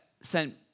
sent